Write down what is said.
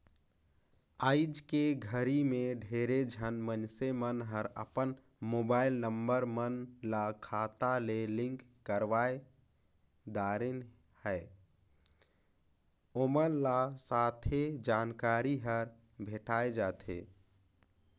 आइज के घरी मे ढेरे झन मइनसे मन हर अपन मुबाईल नंबर मन ल खाता ले लिंक करवाये दारेन है, ओमन ल सथे जानकारी हर भेंटाये जाथें